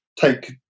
take